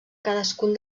cadascun